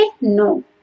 No